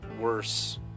worse